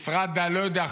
משרד הלא-יודע,